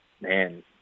man